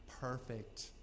perfect